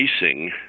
facing